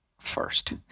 first